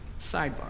Sidebar